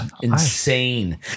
insane